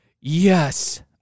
Yes